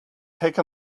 take